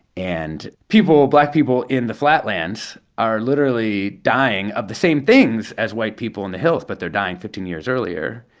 and people, black people in the flatlands are literally dying of the same things as white people in the hills, but they're dying fifteen years earlier.